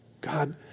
God